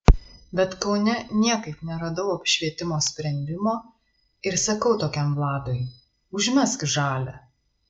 bet kaune niekaip neradau apšvietimo sprendimo ir sakau tokiam vladui užmesk žalią